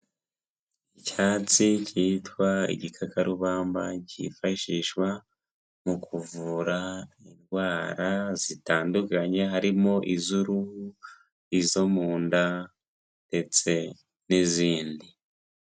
Icyatsi kitwa igikakarubamba cyifashishwa mu kuvura indwara zitandukanye harimo: iz'uruhu, izo mu nda ndetse n'izindi.